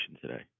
today